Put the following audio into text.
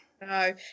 No